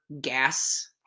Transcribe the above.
gas